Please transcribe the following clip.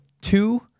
two